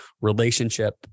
relationship